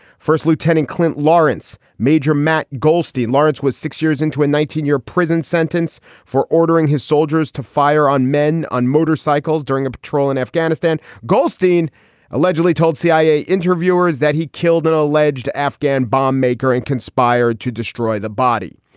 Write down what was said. first lieutenant clint lawrence. major matt goldstein. lawrence was six years into a nineteen year prison sentence for ordering his soldiers to fire on men on motorcycles during a patrol in afghanistan goldstein allegedly told cia interviewers that he killed an alleged afghan bomb maker and conspired to destroy the body.